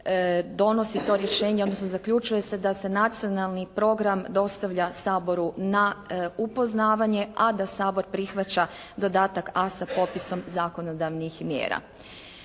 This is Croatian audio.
donosi to rješenje odnosno zaključuje se da se Nacionalni program dostavlja Saboru na upoznavanje a da Sabor prihvaća dodatak A sa potpisom zakonodavnih mjera.